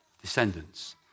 descendants